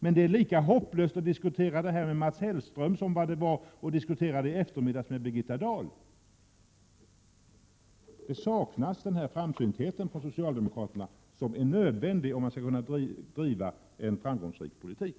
Men det är lika hopplöst att diskutera detta med Mats Hellström som det var att göra det med Birgitta Dahl tidigare i dag. Socialdemokraterna saknar den framsynthet som är nödvändig om man skall kunna bedriva en framgångsrik politik.